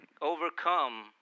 overcome